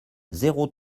zéro